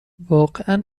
واقعا